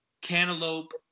cantaloupe